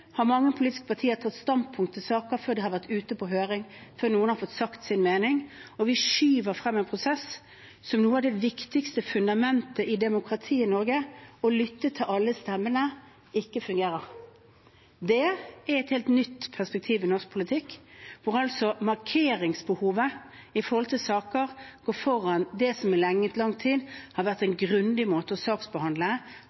har mange politiske partier tatt standpunkt til saker før de har vært ute på høring, før noen har fått sagt sin mening. Man skyver fram en prosess der noe av det viktigste fundamentet i demokratiet i Norge, det å lytte til alle stemmene, ikke fungerer. Det er et helt nytt perspektiv i norsk politikk, hvor markeringsbehovet når det gjelder saker, går foran det som i lang tid har vært